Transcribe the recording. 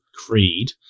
Creed